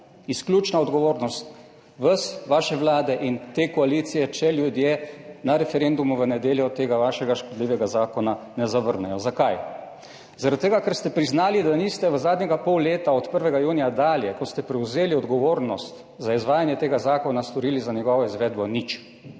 Izključna odgovornost vas, Vlade in te koalicije, če ljudje na referendumu v nedeljo tega vašega škodljivega zakona ne zavrnejo. Zakaj? Zaradi tega, ker ste priznali, da niste v zadnje pol leta, od 1. junija dalje, ko ste prevzeli odgovornost za izvajanje tega zakona, storili za njegovo izvedbo nič.